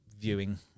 viewing